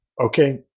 okay